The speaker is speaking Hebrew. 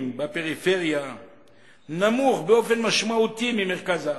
בפריפריה נמוך באופן משמעותי מבמרכז הארץ.